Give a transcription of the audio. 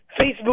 Facebook